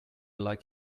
like